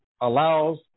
allows